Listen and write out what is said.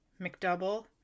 McDouble